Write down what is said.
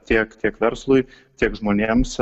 tiek tiek verslui tiek žmonėms